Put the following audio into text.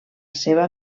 seva